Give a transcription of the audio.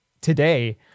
today